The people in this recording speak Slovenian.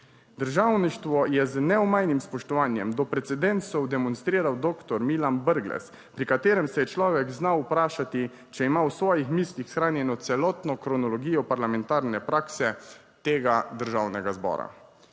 Državništvo je z neomajnim spoštovanjem do precedensov demonstriral doktor Milan Brglez, pri katerem se je človek znal vprašati, če ima v svojih mislih shranjeno celotno kronologijo parlamentarne prakse tega Državnega zbora.